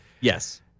Yes